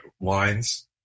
lines